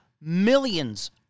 millions